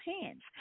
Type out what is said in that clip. hands